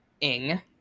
ing